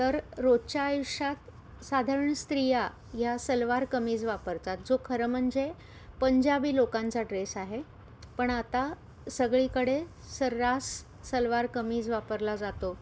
तर रोजच्या आयुष्यात साधारण स्त्रिया ह्या सलवार कमीज वापरतात जो खरं म्हणजे पंजाबी लोकांचा ड्रेस आहे पण आता सगळीकडे सर्रास सलवार कमीज वापरला जातो